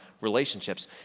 relationships